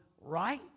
right